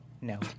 No